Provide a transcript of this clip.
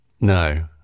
no